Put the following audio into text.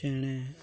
ᱪᱮᱬᱮ